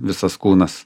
visas kūnas